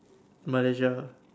Malaysia